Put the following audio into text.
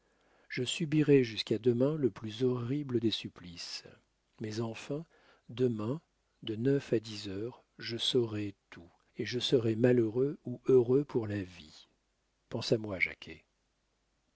je subirai jusqu'à demain le plus horrible des supplices mais enfin demain de neuf à dix heures je saurai tout et je serai malheureux ou heureux pour la vie pense à moi